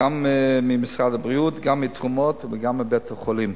גם ממשרד הבריאות, גם מתרומות וגם מבית-החולים.